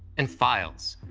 and files,